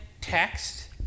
text